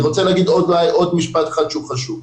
אני רוצה להגיד עוד משפט אחד שהוא חשוב.